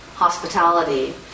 Hospitality